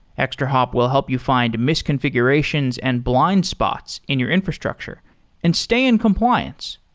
extrahop will help you find misconfigurations and blind spots in your infrastructure and stay in compliance.